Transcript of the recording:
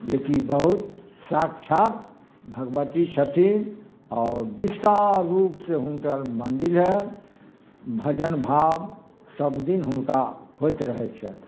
जेकी बहुत साक्षात भगवती छथिन और विशाल रूप से हुनकर मंदिर है भजन भाव सबदिन हुनका होइत रहै छैन